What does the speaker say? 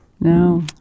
no